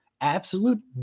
Absolute